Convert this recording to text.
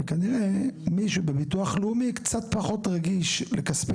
וכנראה מישהו בביטוח לאומי קצת פחות רגיש לכספי